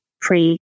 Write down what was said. pre